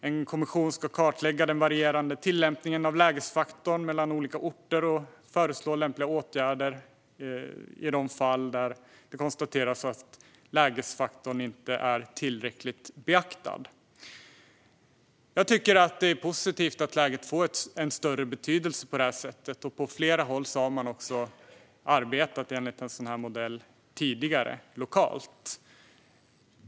En kommission ska kartlägga den varierande tillämpningen av lägesfaktorn mellan olika orter och föreslå lämpliga åtgärder i de fall där det konstateras att lägesfaktorn inte är tillräckligt beaktad. Jag tycker att det är positivt att läget får en större betydelse på detta sätt. På flera håll har man lokalt tidigare arbetat enligt en sådan modell.